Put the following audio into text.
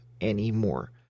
anymore